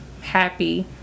happy